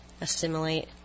assimilate